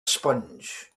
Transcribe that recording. sponge